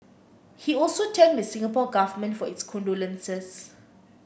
he also thanked the Singapore Government for its condolences